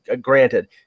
granted